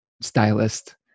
stylist